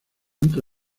entre